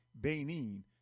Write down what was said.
Benin